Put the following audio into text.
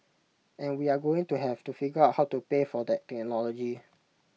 and we're going to have to figure out how to pay for that technology